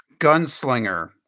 gunslinger